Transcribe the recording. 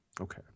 Okay